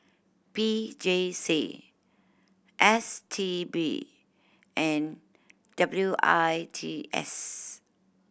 P J C S T B and W I T S